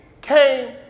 came